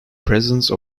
presence